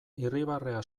irribarrea